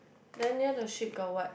then near the sheep got what